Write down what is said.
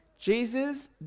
Jesus